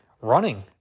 running